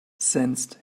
sensed